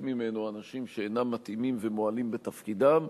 ממנו אנשים שאינם מתאימים ומועלים בתפקידם,